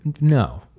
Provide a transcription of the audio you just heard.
no